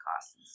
costs